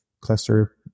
Cluster